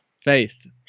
Faith